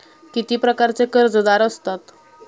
किती प्रकारचे कर्जदार असतात